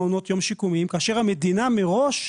מעונות יום שיקומיים יש כל מיני סוגי מוגבלויות,